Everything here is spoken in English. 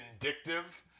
Vindictive